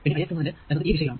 പിന്നെ I x എന്നത് ഈ ദിശയിൽ ആണ്